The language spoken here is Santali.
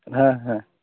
ᱦᱮᱸ ᱦᱮᱸ